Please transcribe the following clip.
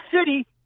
city